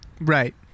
Right